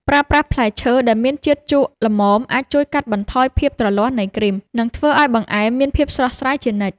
ប្រើប្រាស់ផ្លែឈើដែលមានជាតិជូរល្មមអាចជួយកាត់បន្ថយភាពទ្រលាន់នៃគ្រីម និងធ្វើឱ្យបង្អែមមានភាពស្រស់ស្រាយជានិច្ច។